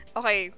okay